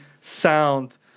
sound